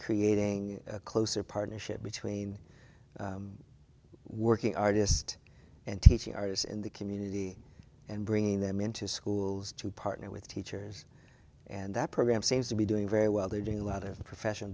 creating a closer partnership between working artist and teaching artists in the community and bringing them into schools to partner with teachers and that program seems to be doing very well they're doing a lot of professional